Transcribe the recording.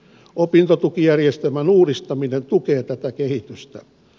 opintotukijärjestelmän uudistaminen tukee tätä kehitystä